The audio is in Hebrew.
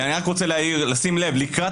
אני רק רוצה להעיר שצריך לשים ולקראת